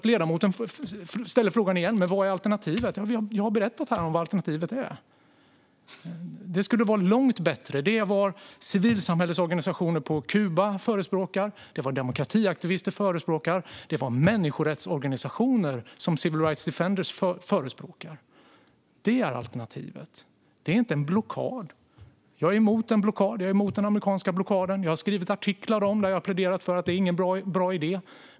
Ledamoten ställer frågan igen: Vad är alternativet? Jag har berättat här vad alternativet är, och det skulle vara långt bättre. Det är också vad civilsamhällesorganisationer på Kuba förespråkar, det är vad demokratiaktivister förespråkar och det är vad människorättsorganisationer, som Civil Rights Defenders, förespråkar. Det är alternativet. Alternativet är inte en blockad. Jag är emot en blockad. Jag är emot den amerikanska blockaden. Jag har skrivit artiklar där jag har pläderat för att det inte är någon bra idé.